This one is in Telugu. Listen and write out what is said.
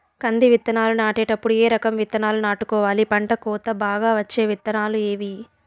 కంది విత్తనాలు నాటేటప్పుడు ఏ రకం విత్తనాలు నాటుకోవాలి, పంట కోత బాగా వచ్చే విత్తనాలు ఏవీ?